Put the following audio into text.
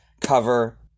cover